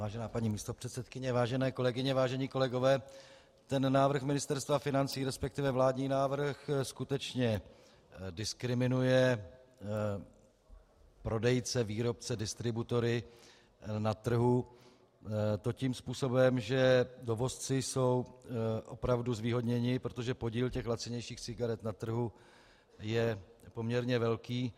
Vážená paní místopředsedkyně, vážené kolegyně, vážení kolegové, návrh Ministerstva financí, resp. vládní návrh, skutečně diskriminuje prodejce, výrobce, distributory na trhu, a to tím způsobem, že dovozci jsou opravdu zvýhodněni, protože podíl lacinějších cigaret na trhu je poměrně velký.